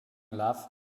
love